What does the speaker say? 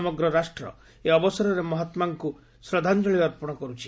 ସମଗ୍ର ରାଷ୍ଟ୍ର ଏହି ଅବସରରେ ମହାତ୍କାଙ୍କୁ ଶ୍ରଦ୍ଧାଞ୍ଜଳି ଅର୍ପଣ କରୁଛି